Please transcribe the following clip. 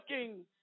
looking